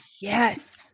Yes